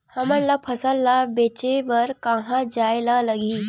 हमन ला फसल ला बेचे बर कहां जाये ला लगही?